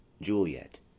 Juliet